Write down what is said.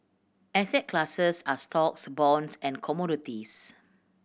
asset classes are stocks bonds and commodities